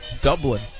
Dublin